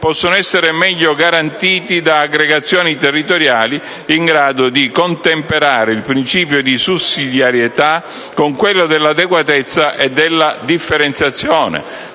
possano essere meglio garantiti da aggregazioni territoriali in grado di contemperare il principio di sussidiarietà con quelli della differenziazione,